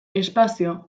espazio